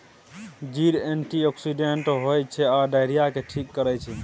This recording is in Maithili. जीर एंटीआक्सिडेंट होइ छै आ डायरिया केँ ठीक करै छै